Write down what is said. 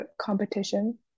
competition